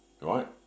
right